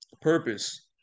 purpose